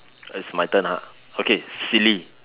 it's my turn !huh! okay silly